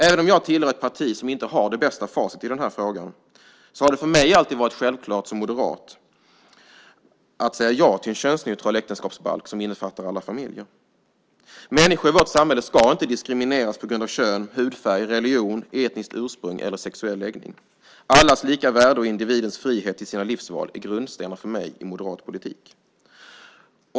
Även om jag tillhör ett parti som inte har det bästa facit i den här frågan har det för mig alltid varit självklart som moderat att säga ja till en könsneutral äktenskapsbalk som innefattar alla familjer. Människor i vårt samhälle ska inte diskrimineras på grund av kön, hudfärg, religion, etniskt ursprung eller sexuell läggning. Allas lika värde och individens frihet i sina livsval är grundstenar för mig i moderat politik.